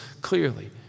clearly